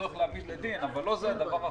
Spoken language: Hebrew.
צורך להעמיד לדין אבל לא זה הדבר החשוב.